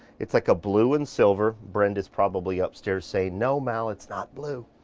it's like a blue and silver. brenda's probably upstairs say no mal it's not blue.